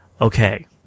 okay